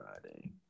Friday